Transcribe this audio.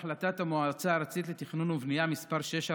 בהצעה רגילה לסדר-היום ניתן להעביר זאת מחבר כנסת לחבר כנסת.